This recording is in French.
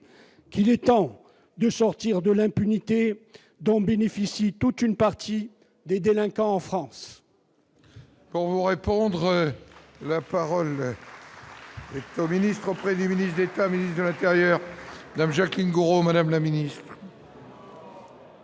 il est temps de sortir de l'impunité dont bénéficie toute une partie des délinquants en France.